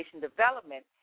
development